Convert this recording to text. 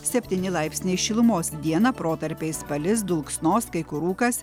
septyni laipsniai šilumos dieną protarpiais palis dulksnos kai kur rūkas